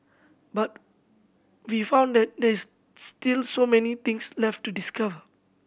but we found that there is still so many things left to discover